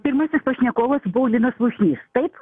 pirmasis pašnekovas buvo linas slušnys taip